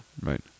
Right